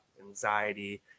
anxiety